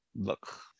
Look